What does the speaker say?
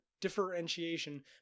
differentiation